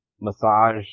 massage